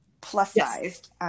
plus-sized